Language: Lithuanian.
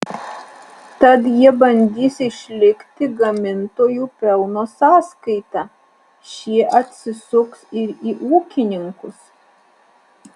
tad jie bandys išlikti gamintojų pelno sąskaita šie atsisuks ir į ūkininkus